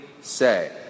say